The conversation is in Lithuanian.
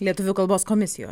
lietuvių kalbos komisijo